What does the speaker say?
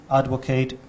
advocate